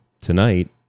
tonight